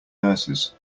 nurses